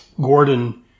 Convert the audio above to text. Gordon